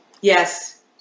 Yes